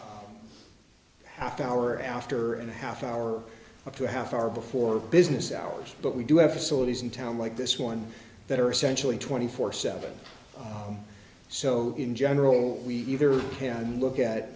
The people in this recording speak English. half hour after and a half hour to half hour before business hours but we do have facilities in town like this one that are essentially twenty four seventh's so in general we either can look